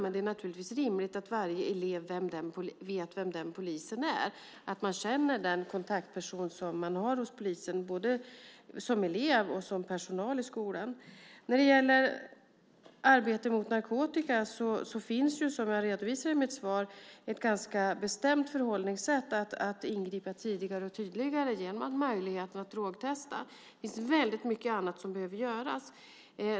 Men det är naturligtvis rimligt att varje elev vet vem den polisen är, att både elever och personal i skolan känner den kontaktperson som de har hos polisen. När det gäller arbete mot narkotika finns det, som jag redovisade i mitt svar, ett ganska bestämt förhållningssätt att ingripa tidigare och tydligare genom möjligheten att drogtesta. Det finns väldigt mycket annat som behöver göras.